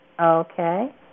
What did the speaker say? Okay